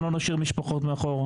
אנחנו גם לא נשאיר משפחות מאחור,